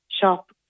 shop